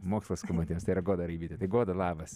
mokslas skubantiems tai yra goda raibytė tai goda labas